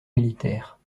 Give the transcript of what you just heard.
militaire